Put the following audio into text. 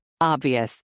obvious